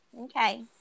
Okay